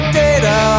data